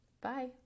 Bye